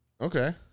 Okay